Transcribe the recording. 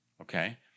okay